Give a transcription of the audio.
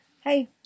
Hey